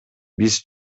биз